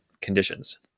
conditions